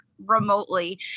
remotely